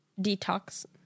detox